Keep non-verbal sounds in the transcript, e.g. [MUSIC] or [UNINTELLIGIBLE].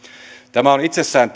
tämä on itsessään [UNINTELLIGIBLE]